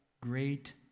great